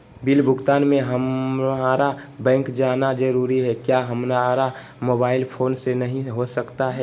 Bill भुगतान में हम्मारा बैंक जाना जरूर है क्या हमारा मोबाइल फोन से नहीं हो सकता है?